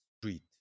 street